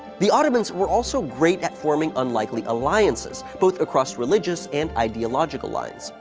the ottomans were also great at forming unlikely alliances, both across religious, and ideological lines.